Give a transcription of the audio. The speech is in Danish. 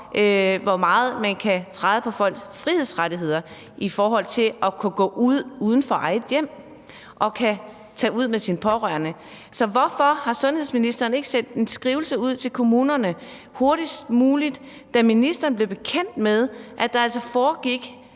hvor meget man kan træde på folks frihedsrettigheder i forhold til at kunne gå ud uden for eget hjem og kunne tage ud med sine pårørende. Så hvorfor har sundhedsministeren ikke sendt en skrivelse ud til kommunerne hurtigst muligt, da ministeren blev bekendt med, at der altså foregik